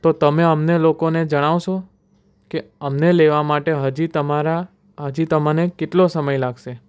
તો તમે અમને લોકોને જણાવશો કે અમને લેવા માટે હજી તમારા હજી તમને કેટલો સમય લાગશે